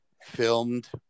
filmed